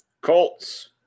colts